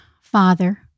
father